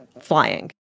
flying